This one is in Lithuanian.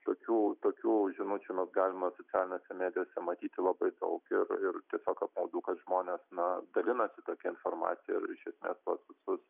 tokių tokių žinučių mes galime socialinėse medijose matyti labai daug ir ir tiesiog apmaudu kad žmonės na dalinasi tokia informacija ir iš esmės tuos visus